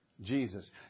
Jesus